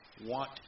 want